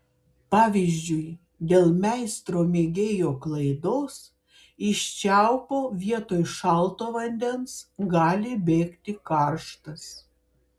pavyzdžiui dėl meistro mėgėjo klaidos iš čiaupo vietoj šalto vandens gali bėgti karštas